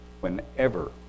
Whenever